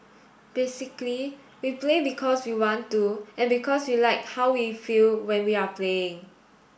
basically we play because we want to and because we like how we feel when we are playing